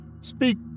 Speak